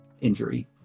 Injury